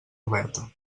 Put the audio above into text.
oberta